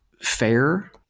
fair